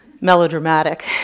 melodramatic